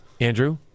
Andrew